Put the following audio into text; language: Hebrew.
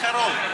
בקרוב.